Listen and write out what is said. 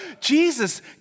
Jesus